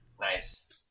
Nice